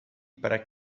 para